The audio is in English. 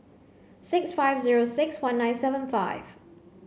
six five zero six one nine seven five